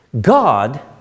God